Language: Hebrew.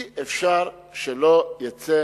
אי-אפשר שלא יצא